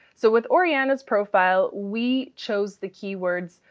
so with oriana's profile, we chose the keywords,